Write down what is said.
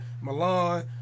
Milan